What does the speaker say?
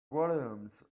williams